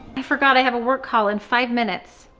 i forgot i have a work call in five minutes.